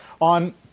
on